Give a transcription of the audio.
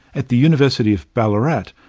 at the university of ballarat,